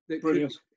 Brilliant